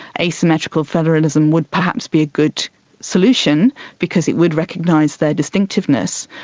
asymmetrical federalism would perhaps be a good solution because it would recognise their distinctiveness.